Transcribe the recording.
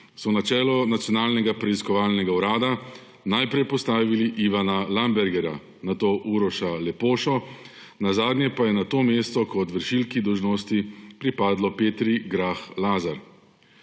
so na čelo Nacionalnega preiskovalnega urada najprej postavili Ivana Lambergerja, nato Uroša Lepošo, nazadnje pa je to mesto kot vršilki dolžnosti pripadlo Petri Grah Lazar.